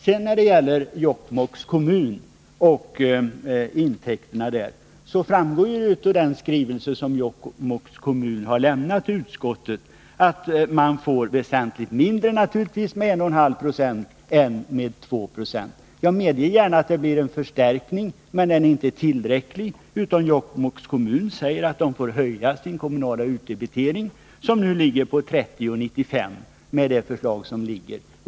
När det sedan gäller Jokkmokks kommun och intäkterna där, så framgår det av den skrivelse som kommunen har lämnat till utskottet att man där naturligtvis får väsentligt mindre med 1,5 96 som repartitionstal än med 2 Zo. Jag medger gärna att det blir en förstärkning, men den är inte tillräcklig. Jokkmokks kommun säger att man får höja sin kommunala utdebitering, som nu ligger på 30:95, med det nu liggande förslaget.